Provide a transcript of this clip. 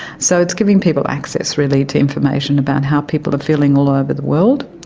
so it's giving people access, really, to information about how people are feeling all over the world.